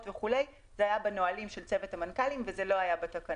וכולי זה היה בנהלים של צוות המנכ"לים וזה לא היה בתקנה.